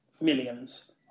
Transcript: millions